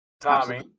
Tommy